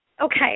okay